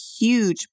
huge